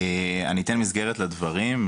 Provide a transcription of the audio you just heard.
אני אתן מסגרת לדברים,